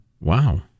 Wow